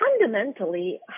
fundamentally